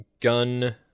gun